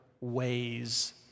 ways